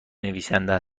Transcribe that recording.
نویسنده